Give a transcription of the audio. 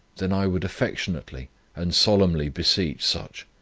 then i would affectionately and solemnly beseech such,